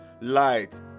light